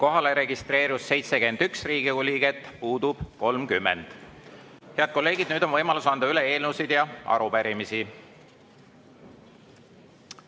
Kohalolijaks registreerus 71 Riigikogu liiget, puudub 30. Head kolleegid, nüüd on võimalus anda üle eelnõusid ja arupärimisi.